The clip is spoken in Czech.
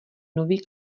nový